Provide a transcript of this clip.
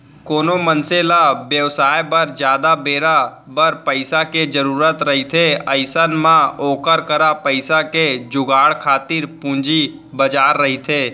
कोनो मनसे ल बेवसाय बर जादा बेरा बर पइसा के जरुरत रहिथे अइसन म ओखर करा पइसा के जुगाड़ खातिर पूंजी बजार रहिथे